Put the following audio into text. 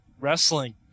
wrestling